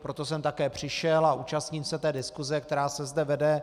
Proto jsem také přišel a účastním se diskuse, která se zde vede.